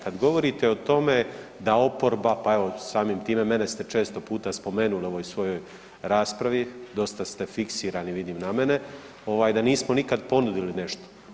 Kad govorite o tome da oporba, pa evo samim time mene ste često puta spomenuli u ovoj svojoj raspravi, dosta ste fiksirani vidim na mene, da nismo nikad ponudili nešto.